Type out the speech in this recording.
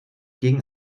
gegen